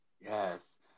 Yes